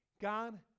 God